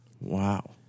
wow